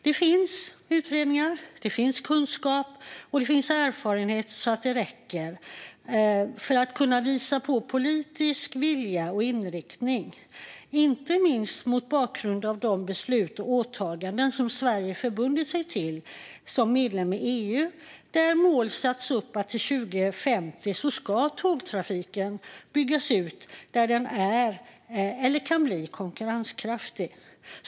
Det finns utredningar, kunskap och erfarenhet så att det räcker för att kunna visa på politisk vilja och inriktning, inte minst mot bakgrund av de beslut och åtaganden som Sverige förbundit sig till som medlem i EU. Där har mål satts upp om att till 2050 ska tågtrafiken byggas ut där den är eller kan bli konkurrenskraftig.